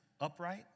upright